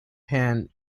pan